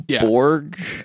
Borg